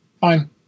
Fine